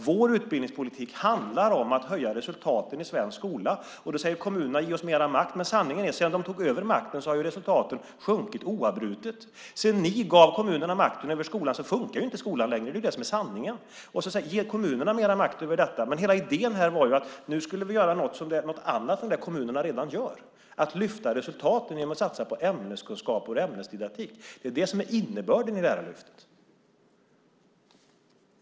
Vår utbildningspolitik handlar om att höja resultaten i svensk skola. Då säger kommunerna: Ge oss mer makt! Men sanningen är att sedan kommunerna tog över makten har resultaten oavbrutet sjunkit. Sedan ni gav kommunerna makten över skolan fungerar skolan inte längre; det är sanningen! Det heter: Ge kommunerna mer makt över detta! Men hela idén här var att vi nu skulle göra någonting annat än det kommunerna redan gör. Att lyfta resultaten genom att satsa på ämneskunskap och ämnesdidaktik är ju innebörden i Lärarlyftet.